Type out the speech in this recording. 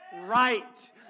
right